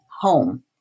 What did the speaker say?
home